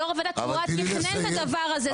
יו"ר הוועדה הקרואה תכנן את הדבר הזה.